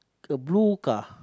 a blue car